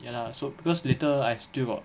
ya lah so because later I still got